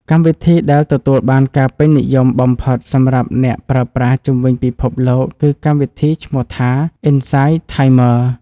កម្មវិធីដែលទទួលបានការពេញនិយមបំផុតសម្រាប់អ្នកប្រើប្រាស់ជុំវិញពិភពលោកគឺកម្មវិធីឈ្មោះថា អ៊ិនសាយ ថាយមឺរ។